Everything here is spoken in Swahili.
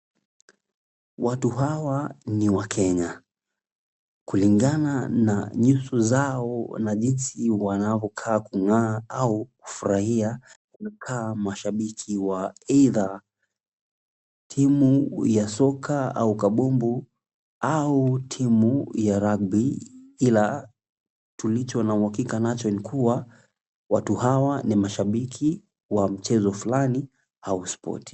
Watu hawa ni wakenya kulingana na nyevu zao na jinsi wanavyokaa kungaa au kufuraia ni kaa mashabiki wa either timu ya soka au kapumbu au timu ya rugby hila tulicho na uwakika nacho ni kuwa watu hawa ni mashapiki wa mchezo fulani au spoti.